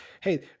Hey